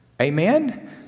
Amen